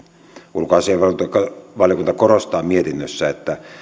ulkoasiainvaliokunta korostaa mietinnössä että